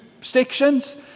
sections